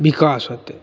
बिकास होतै